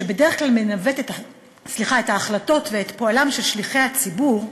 המצפן שבדרך כלל מנווט את החלטותיהם ואת פועלם של שליחי הציבור,